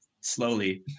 slowly